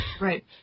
right